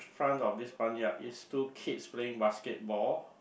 front of this barnyard is two kids playing basketball